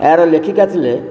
ଆର ଲେଖିକା ଥିଲେ